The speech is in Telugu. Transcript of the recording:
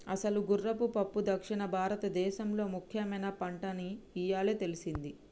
అసలు గుర్రపు పప్పు దక్షిణ భారతదేసంలో ముఖ్యమైన పంటని ఇయ్యాలే తెల్సింది